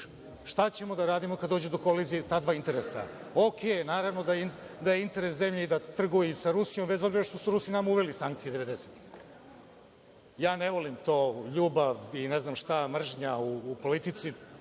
EU.Šta ćemo da radimo kada dođe do kolizije ta dva interesa? U redu, naravno da je interes zemlje da trguje i sa Rusijom, bez obzira što su Rusi nama uveli sankcije devedesetih. Ne volim to – ljubav, ne znam šta, mržnja u politici.